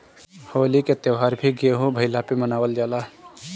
होली के त्यौहार भी गेंहू भईला पे मनावल जाला